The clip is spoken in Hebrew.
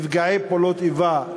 נפגעי פעולות איבה,